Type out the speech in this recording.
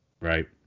Right